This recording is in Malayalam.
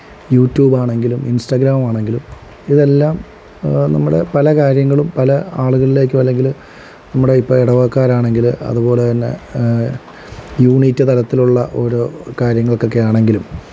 യൂട്യൂബാണെങ്കിലും ഇന്സ്റ്റാഗ്രാമാണെങ്കിലും ഇതെല്ലാം നമ്മുടെ പല കാര്യങ്ങളും പല ആളുകളിലേക്കൊ അല്ലെങ്കില് നമ്മുടെ ഇപ്പോൾ ഇടവകക്കാരാണെങ്കില് അതുപോലെ തന്നെ യൂണിറ്റ് തലത്തിലുള്ള ഓരോ കാര്യങ്ങള്ക്കൊക്കെ ആണെങ്കിലും